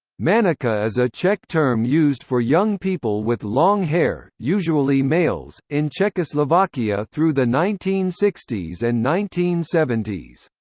manicka is a czech term used for young people with long hair, usually males, in czechoslovakia through the nineteen sixty s and nineteen seventy s.